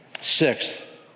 Sixth